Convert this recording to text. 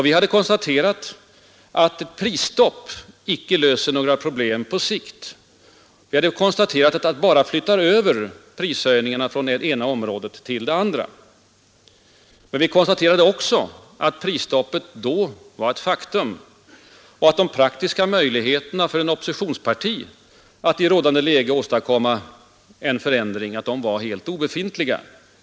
Vi hade konstaterat att ett prisstopp icke löser några problem på sikt, att det bara flyttar över prishöjningarna från ett område till ett annat. Vi konstaterade också att prisstoppet då var ett faktum och att de praktiska möjligheterna för ett oppositionsparti att i rådande läge åstadkomma en förändring var obefintliga.